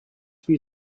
there